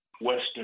Western